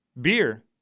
beer